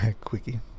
quickie